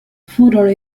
furono